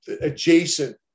adjacent